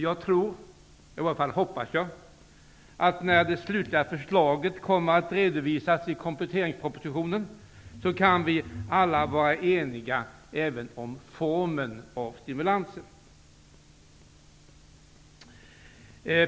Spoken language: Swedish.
Jag tror att när det slutliga förslaget kommer att redovisas i kompletteringspropositionen kan vi alla vara eniga även om formen på stimulansen.